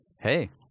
Hey